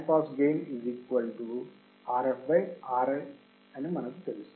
band pass gain Rf Ri అని మనకు తెలుసు